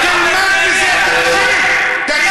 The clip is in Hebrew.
אתה תתבייש לך.